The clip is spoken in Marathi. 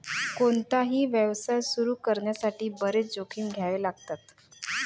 कोणताही व्यवसाय सुरू करण्यासाठी बरेच जोखीम घ्यावे लागतात